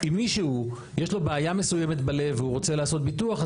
אם מישהו יש לו בעיה מסוימת בלב והוא רוצה לעשות ביטוח,